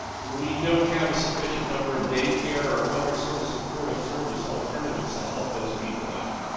we don't have a sufficient number of daycare or other sort of supportive service alternatives to help those people out.